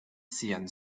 siajn